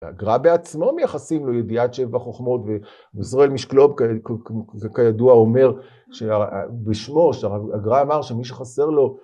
הגר"א בעצמו מייחסים לו ידיעת שבע חוכמות וישראל משקלוב כידוע אומר בשמו שהגר"א אמר שמי שחסר לו